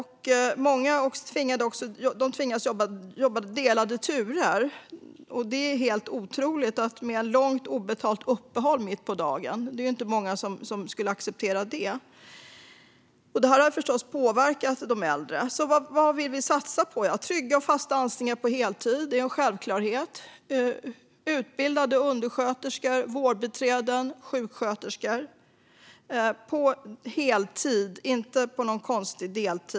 Många tvingas jobba delade turer. Det är helt otroligt med ett långt obetalt uppehåll mitt på dagen. Det är inte många som skulle acceptera det. Detta har förstås påverkat de äldre. Vad vill vi då satsa på? Jo, trygga och fasta anställningar på heltid är en självklarhet. Det ska vara utbildade undersköterskor, vårdbiträden och sjuksköterskor på heltid, inte på någon konstig deltid.